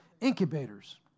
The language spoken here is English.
incubators